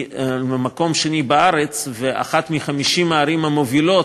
היא במקום שני בארץ ואחת מ-50 הערים המובילות